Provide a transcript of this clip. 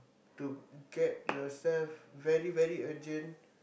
to get yourself very very urgent